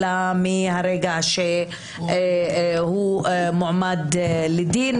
אלא מהרגע שבו הוא מועמד לדין,